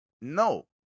No